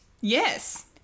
Yes